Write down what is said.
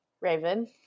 Raven